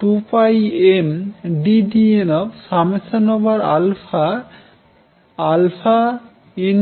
2πmddnnn α